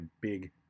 big